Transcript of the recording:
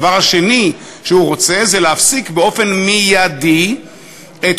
הדבר השני שהוא רוצה זה להפסיק באופן מיידי את